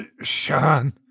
Sean